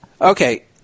Okay